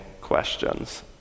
questions